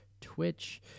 Twitch